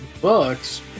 books